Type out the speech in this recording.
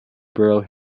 borough